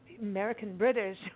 American-British